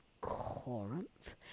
Corinth